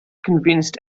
convinced